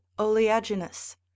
oleaginous